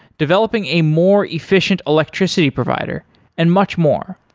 developing a more efficient electricity provider and much more.